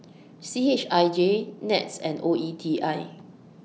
C H I J Nets and O E T I